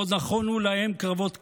ועוד נכונו להם קרבות קשים,